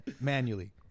manually